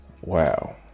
wow